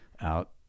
out